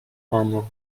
armour